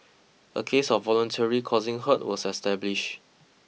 a case of voluntarily causing hurt was established